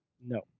No